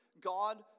God